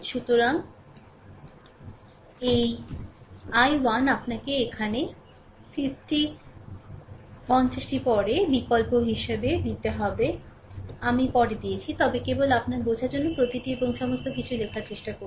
সুতরাং এই i 1 আপনাকে এখানে 50 টি পরে বিকল্প হিসাবে দিতে হবে আমি পরে দিয়েছি তবে কেবল আপনার বোঝার জন্য প্রতিটি এবং সমস্ত কিছু লেখার চেষ্টা করছেন